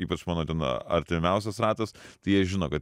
ypač mano ten artimiausias ratas tai jie žino kad